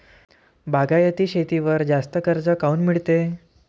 बागायती शेतीवर जास्त कर्ज काऊन मिळते?